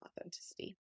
authenticity